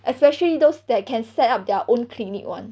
especially those that can set up their own clinic [one]